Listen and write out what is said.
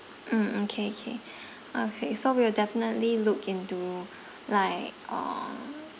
mm mm K K okay so we will definitely look into like uh